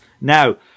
Now